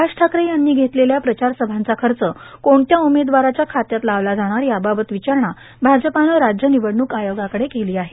राज ठाकरे यांनी घेतलेल्या प्रचारसभांचा खच कोणत्या उमेदवाराच्याखात्यात लावला जाणार याबाबत र्वचारणा भाजपानं राज्य र्निवडणूक आयोगाकडे केलां आहे